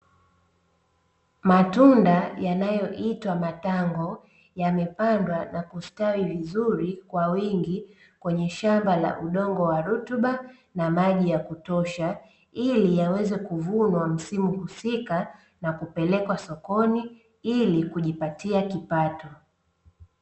Matunda yanayoitwa matango yamepandwa na kusitawi vizuri kwa wingi kwenye shamba la udongo wa rutuba na maji ya kutosha, ili yaweze kuvunwa msimu husika na kupelekwa sokoni ili kujipatia kipato.